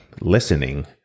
listening